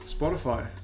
Spotify